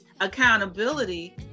accountability